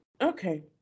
Okay